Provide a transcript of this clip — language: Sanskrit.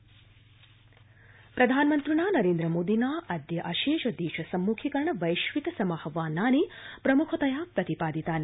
प्रधानमन्त्री प्रधानमिन्त्रणा नरेन्द्रमोदिना अद्य अशेष देश सम्मुखीकरण वैश्विक समाह्वानि प्रमुखतया प्रतिपादितानि